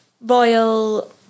royal